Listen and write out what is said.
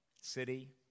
city